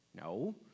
No